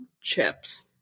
Chips